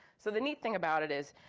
so the neat thing about it is,